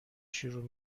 شروع